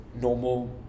normal